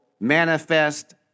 Manifest